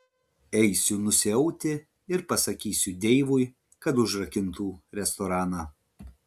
eisiu nusiauti ir pasakysiu deivui kad užrakintų restoraną